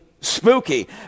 Spooky